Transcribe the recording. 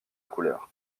couleur